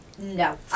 No